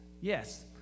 Yes